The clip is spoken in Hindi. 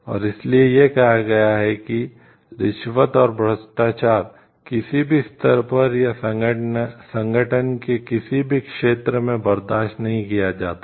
और इसीलिए यह कहा गया है कि रिश्वत और भ्रष्टाचार किसी भी स्तर पर या संगठन के किसी भी क्षेत्र में बर्दाश्त नहीं किया जाता है